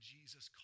Jesus